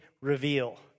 reveal